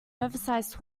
oversize